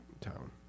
town